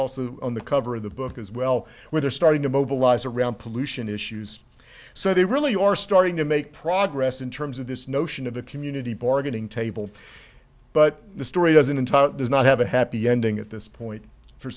also on the cover of the book as well where they're starting to mobilize around pollution issues so they really are starting to make progress in terms of this notion of a community bargaining table but the story doesn't entirely does not have a happy ending at this point for